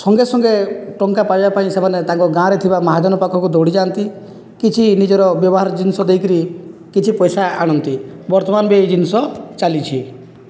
ସଙ୍ଗେ ସଙ୍ଗେ ଟଙ୍କା ପାଇବା ପାଇଁ ସେମାନେ ତାଙ୍କ ଗାଁରେ ଥିବା ମହାଜନ ପାଖକୁ ଦୌଡ଼ି ଯାଆନ୍ତି କିଛି ନିଜର ବ୍ୟବହାର ଜିନିଷ ଦେଇକରି କିଛି ପଇସା ଆଣନ୍ତି ବର୍ତ୍ତମାନ ବି ଏହି ଜିନିଷ ଚାଲିଛି